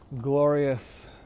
glorious